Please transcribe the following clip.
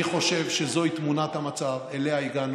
אני חושב שזוהי תמונת המצב שאליה הגענו,